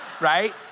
right